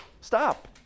stop